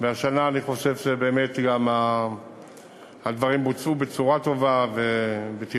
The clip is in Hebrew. והשנה אני חושב שהדברים בוצעו בצורה טובה ובטיחותית,